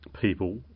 people